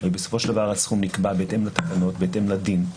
בסופו של דבר הסכום נקבע בהתאם לתקנות ובהתאם לדין.